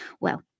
Well